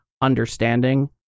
understanding